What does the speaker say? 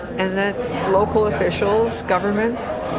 and that local officials, governments,